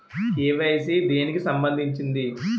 KYC దేనికి సంబందించింది?